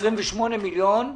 --- 28 מיליון?